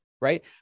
right